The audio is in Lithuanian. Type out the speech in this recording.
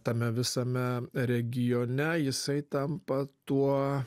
tame visame regione jisai tampa tuo